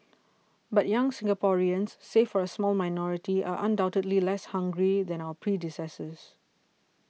but young Singaporeans save for a small minority are undoubtedly less hungry than our predecessors